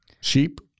Sheep